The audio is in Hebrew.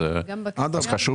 חשוב